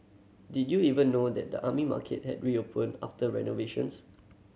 did you even know that the Army Market had reopened after renovations